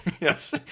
Yes